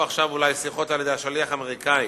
עכשיו שיחות על-ידי השליח האמריקני,